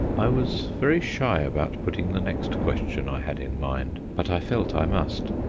i was very shy about putting the next question i had in mind, but i felt i must.